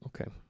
Okay